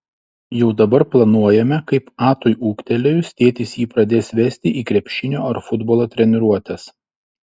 jau dabar planuojame kaip atui ūgtelėjus tėtis jį pradės vesti į krepšinio ar futbolo treniruotes